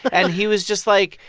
and he was just, like,